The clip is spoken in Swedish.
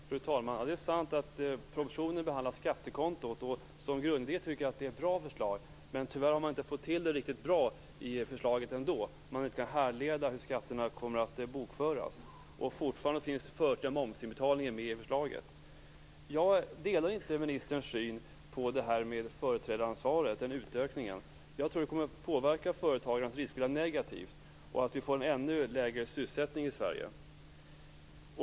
Fru talman! Det är sant att propositionen behandlar skattekonto. Grundidén är bra, men tyvärr har man inte fått till det i förslaget. Det går inte att härleda hur skatterna kommer att bokföras. Den förtida momsinbetalningen finns också fortfarande kvar. Jag delar inte ministerns syn på utökningen av företrädaransvaret. Jag tror att det kommer att påverka företagarnas riskvilja negativt. Vi kommer att få en ännu lägre sysselsättning i Sverige.